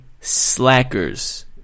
Slackers